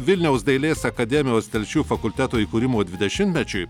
vilniaus dailės akademijos telšių fakulteto įkūrimo dvidešimtmečiui